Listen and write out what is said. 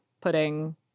putting